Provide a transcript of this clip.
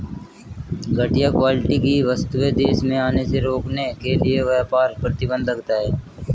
घटिया क्वालिटी की वस्तुएं देश में आने से रोकने के लिए व्यापार प्रतिबंध लगता है